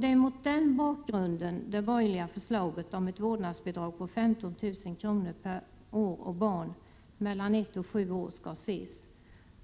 Det är mot den bakgrunden det borgerliga förslaget om ett vårdnadsbidrag på 15 000 kr. per år och barn mellan ett och sju år skall ses.